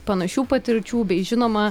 panašių patirčių bei žinoma